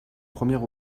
première